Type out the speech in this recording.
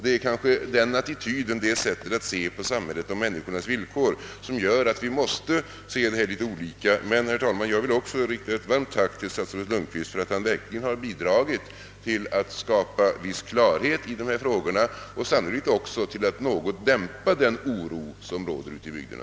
Det är kanske den attityden och det sättet att se på samhället och på människornas villkor som gör att vi betraktar dessa frågor litet olika. Men jag ville också rikta ett varmt tack till statsrådet Lundkvist för att han här bidragit till att skapa en viss klarhet och sannolikt också något dämpat den oro som råder ute i bygderna.